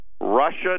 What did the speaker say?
Russia